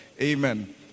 Amen